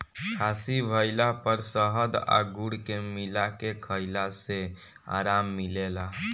खासी भइला पर शहद आ गुड़ के मिला के खईला से आराम मिलेला